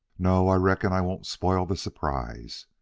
no, i reckon i won't spoil the surprise.